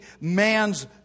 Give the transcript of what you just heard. man's